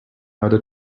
order